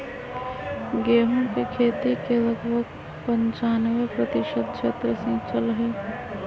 गेहूं के खेती के लगभग पंचानवे प्रतिशत क्षेत्र सींचल हई